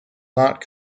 not